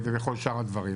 ובכל שאר הדברים.